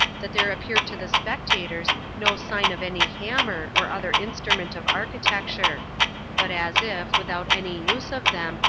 that there appeared to the spectators no sign of any hammer, or other instrument of architecture but as if, without any use of them,